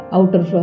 Outer